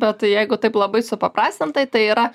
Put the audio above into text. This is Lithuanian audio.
bet tai jeigu taip labai supaprastintai tai yra